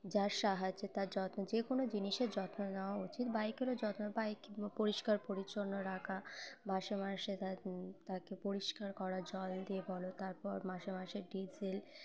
যার সাহায্যে তার যত্ন যে কোনো জিনিসের যত্ন নেওয়া উচিত বাইকেরও যত্ন বাইক পরিষ্কার পরিচ্ছন্ন রাখা মাসে মাসে তার তাকে পরিষ্কার করা জল দিয়ে বলো তারপর মাসে মাসে ডিজেল